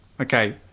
okay